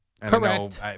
Correct